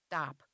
Stop